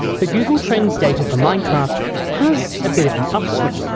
the google trends data for minecraft has a bit of an upswing,